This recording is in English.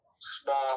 small